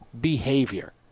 behavior